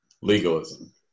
Legalism